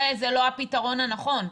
זה לא הפתרון הנכון.